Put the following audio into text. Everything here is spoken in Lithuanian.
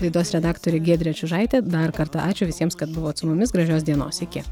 laidos redaktorė giedrė čiužaitė dar kartą ačiū visiems kad buvot su mumis gražios dienos iki